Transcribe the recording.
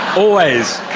always.